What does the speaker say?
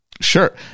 Sure